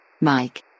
Mike